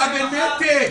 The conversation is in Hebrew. אתה בנתק.